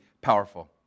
powerful